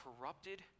corrupted